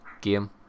game